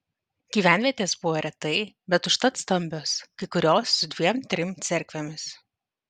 gyvenvietės buvo retai bet užtat stambios kai kurios su dviem trim cerkvėmis